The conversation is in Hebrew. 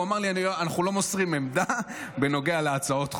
הוא אמר לי: אנחנו לא מוסרים עמדה בנוגע להצעות חוק,